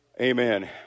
Amen